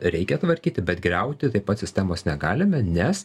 reikia tvarkyti bet griauti taip pat sistemos negalime nes